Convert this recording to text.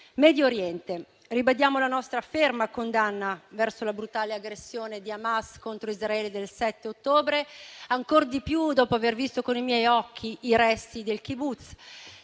Medio Oriente ribadiamo la nostra ferma condanna verso la brutale aggressione di Hamas contro Israele del 7 ottobre, lo dico con ancora più forza dopo aver visto con i miei occhi i resti del kibbutz